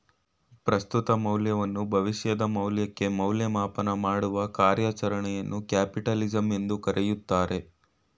ಪ್ರಸ್ತುತ ಮೌಲ್ಯವನ್ನು ಭವಿಷ್ಯದ ಮೌಲ್ಯಕ್ಕೆ ಮೌಲ್ಯಮಾಪನ ಮಾಡುವ ಕಾರ್ಯಚರಣೆಯನ್ನು ಕ್ಯಾಪಿಟಲಿಸಂ ಎಂದು ಕರೆಯುತ್ತಾರೆ